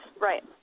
Right